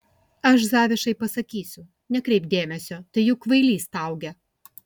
aš zavišai pasakysiu nekreipk dėmesio tai juk kvailys staugia